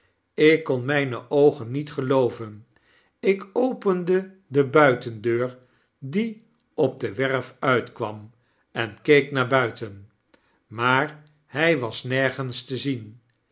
ik kon myne oogen niet gelooven ik opende de buitendeur die op de werf uitkwam en keek naar buiten maar hy was nergens te zien